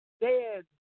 Dead